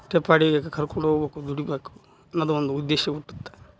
ಹೊಟ್ಟೆಪಾಡಿಗಾಗಿ ಕರ್ಕೊಂಡೋಗ್ಬೇಕು ದುಡಿಬೇಕು ಅನ್ನೋದು ಒಂದು ಉದ್ದೇಶ ಹುಟ್ಟುತ್ತೆ